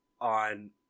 on